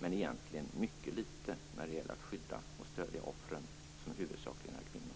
Där finns egentligen mycket litet när det gäller att skydda och stödja offren, som huvudsakligen är kvinnor.